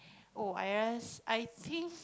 oh I realise I think